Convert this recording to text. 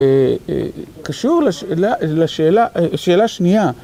קשור לשאלה שנייה